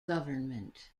government